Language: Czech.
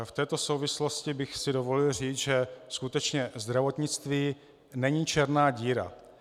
V této souvislosti bych si dovolil říct, že skutečně zdravotnictví není černá díra.